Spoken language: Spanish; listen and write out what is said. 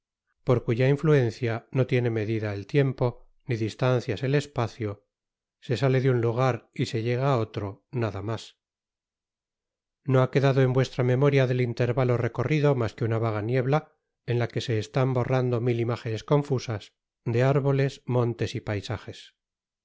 por cuya influencia no tiene medida el tiempo ni distancias el espacio se sale de un lugar y se llega á otro nada mas no ha quedado en vuestra memoria del intérvalo recorrido mas que una vaga niebla en la que se están borrando mil imágenes confusas de árboles montes y paisajes